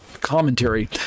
commentary